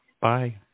bye